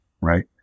right